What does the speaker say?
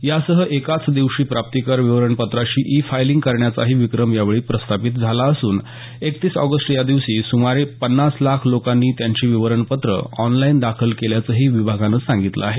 यासह एकाच दिवशी प्राप्तीकर विवरणपत्राची इ फायलिंग करण्याचाही विक्रम यावेळी प्रस्थापित झाला असून एकतीस ऑगस्ट या दिवशी सुमारे पन्नास लाख लोकांनी त्यांची विवरणपत्रं ऑनलाईन दाखल केल्याचंही विभागानं सांगितलं आहे